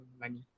money